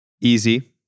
Easy